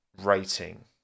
rating